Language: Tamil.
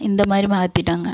இந்தமாதிரி மாற்றிட்டாங்க